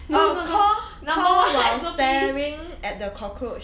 oh call call while staring at the cockroach